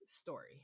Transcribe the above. story